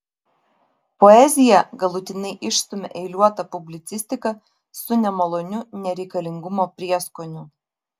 poeziją galutinai išstumia eiliuota publicistika su nemaloniu nereikalingumo prieskoniu